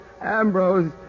Ambrose